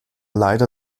leider